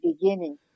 beginning